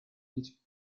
each